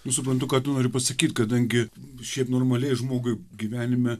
nu suprantu ką tu nori pasakyt kadangi šiaip normaliai žmogui gyvenime